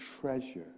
treasure